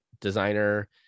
designer